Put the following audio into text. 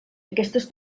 aquestes